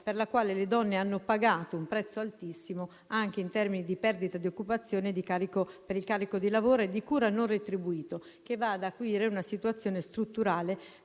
per la quale le donne hanno pagato un prezzo altissimo, anche in termini di perdita di occupazione per il carico di lavoro e di cura non retribuito, che va a acuire una situazione strutturale